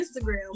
Instagram